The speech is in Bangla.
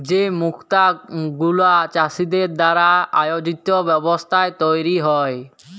যে মুক্ত গুলা চাষীদের দ্বারা আয়জিত ব্যবস্থায় তৈরী হ্যয়